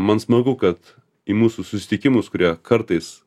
man smagu kad į mūsų susitikimus kurie kartais